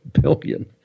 billion